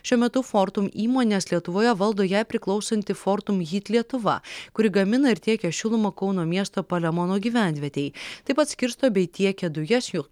šiuo metu fortum įmones lietuvoje valdo jai priklausanti fortum hyt lietuva kuri gamina ir tiekia šilumą kauno miesto palemono gyvenvietei taip pat skirsto bei tiekia dujas jų